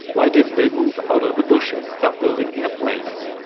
why didn't they move out of the bush and start building airplanes?